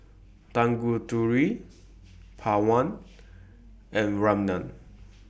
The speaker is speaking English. Tanguturi Pawan and Ramnath